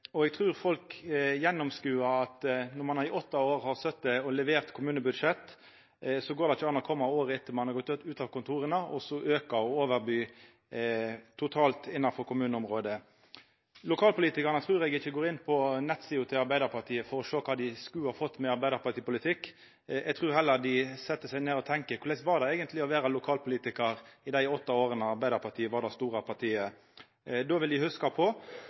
posisjon. Eg trur folk gjennomskodar at når ein i åtte år har sete og levert kommunebudsjett, går det ikkje an å koma året etter at ein har gått ut av kontora, og auka og overby totalt innanfor kommuneområdet. Lokalpolitikarene trur eg ikkje går inn på nettsida til Arbeidarpartiet for å sjå kva dei kunne ha fått med arbeidarpartipolitikk. Eg trur heller dei set seg ned og tenkjer på korleis det eigentleg var å vera lokalpolitikar i dei åtte åra Arbeidarpartiet var det store partiet. Då vil